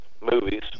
movies